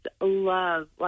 love